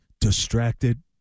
distracted